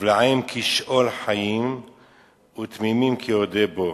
נבלעם כשאול חיים ותמימים כיורדי בור.